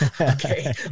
Okay